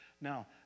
Now